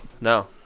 no